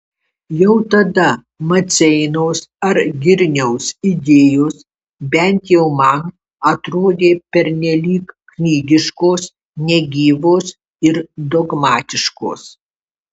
jau tada maceinos ar girniaus idėjos bent jau man atrodė pernelyg knygiškos negyvos ir dogmatiškos